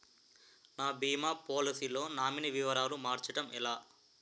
నా భీమా పోలసీ లో నామినీ వివరాలు మార్చటం ఎలా?